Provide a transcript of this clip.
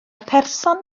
person